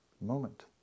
moment